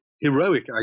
heroic